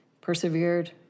persevered